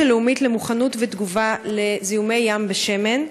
הלאומית למוכנות ותגובה לזיהומי ים בשמן?